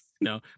no